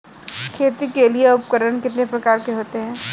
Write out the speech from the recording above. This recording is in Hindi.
खेती के लिए उपकरण कितने प्रकार के होते हैं?